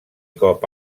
cop